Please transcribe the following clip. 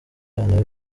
abana